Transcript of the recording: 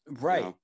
Right